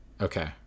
Okay